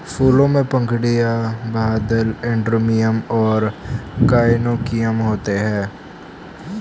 फूलों में पंखुड़ियाँ, बाह्यदल, एंड्रोमियम और गाइनोइकियम होते हैं